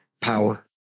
power